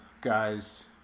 guys